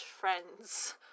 Friends